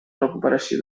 recuperació